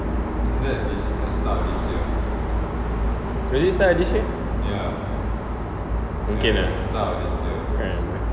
is it start of this year mungkin ah can't remember